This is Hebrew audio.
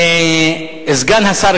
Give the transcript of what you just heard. סגן השר,